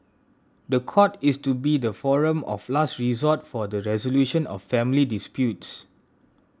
the court is to be the forum of last resort for the resolution of family disputes